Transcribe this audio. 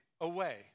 away